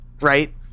right